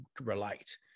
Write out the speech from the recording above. relate